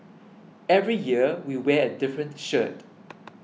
every year we wear a different shirt